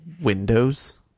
Windows